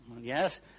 Yes